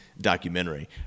documentary